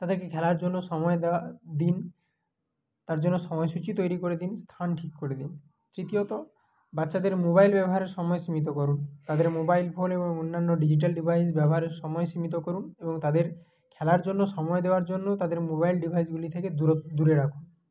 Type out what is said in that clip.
তাদেরকে খেলার জন্য সময় দেওয়া দিন তার জন্য সময়সূচি তৈরি করে দিন স্থান ঠিক করে দিন তৃতীয়ত বাচ্চাদের মোবাইল ব্যবহারের সময় সীমিত করুন তাদের মোবাইল ফোন এবং অন্যান্য ডিজিটাল ডিভাইস ব্যবহারের সময় সীমিত করুন এবং তাদের খেলার জন্য সময় দেওয়ার জন্যও তাদের মোবাইল ডিভাইসগুলি থেকে দূরত দূরে রাখুন